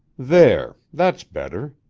there! that's better.